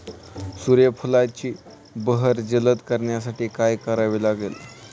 सूर्यफुलाची बहर जलद करण्यासाठी काय करावे लागेल?